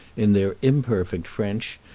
in their imperfect french,